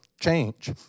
change